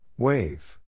Wave